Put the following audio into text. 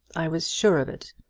i was sure of it.